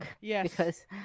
Yes